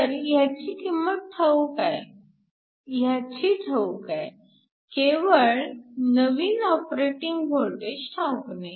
तर ह्याची किंमत ठाऊक आहे ह्याची ठाऊक आहे केवळ नवीन ऑपरेटिंग वोल्टेज ठाऊक नाही